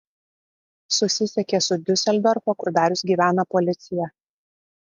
susisiekė su diuseldorfo kur darius gyvena policija